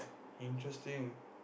interesting